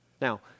Now